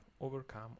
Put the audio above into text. overcome